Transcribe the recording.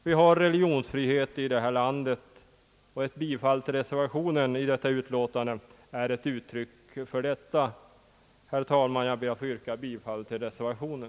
Vi har religionsfrihet i detta land, och ett bifall till reservationen i utlåtandet är ett uttryck härför. Herr talman! Jag ber att få yrka bifall till reservationen.